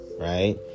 right